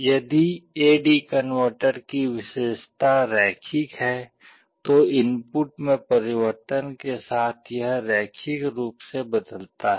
यदि A D converter की विशेषता रैखिक है तो इनपुट में परिवर्तन के साथ यह रैखिक रूप से बदलता है